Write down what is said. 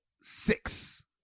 six